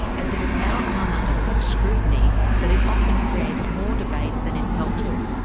as it has now come under such scrutiny that it often creates more debate than is helpful.